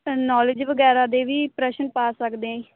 knowledge ਵਗੈਰਾ ਦੇ ਵੀ ਪ੍ਰਸ਼ਨ ਪਾ ਸਕਦੇ ਹੈ ਜੀ